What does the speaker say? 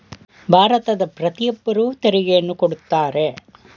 ಭಾರತದ ಪ್ರತಿಯೊಬ್ಬರು ತೆರಿಗೆಯನ್ನು ಕೊಡುತ್ತಾರೆ